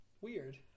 Weird